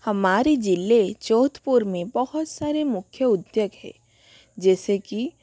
हमारे ज़िले जोधपुर में बहुत सारे मुख्य उद्योग हैं जैसे कि